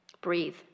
Breathe